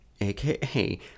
aka